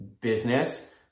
business